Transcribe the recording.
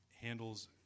handles